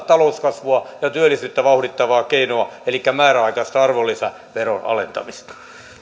talouskasvua ja työllisyyttä vauhdittavaa keinoa elikkä määräaikaista arvonlisäveron alentamista